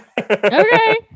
Okay